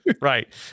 Right